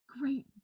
great